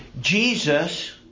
Jesus